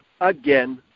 again